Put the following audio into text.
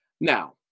Now